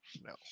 No